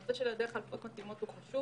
הנושא של העדר חלופות מתאימות הוא חשוב,